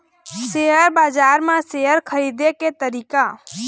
Share बजार म share खरीदे के तरीका?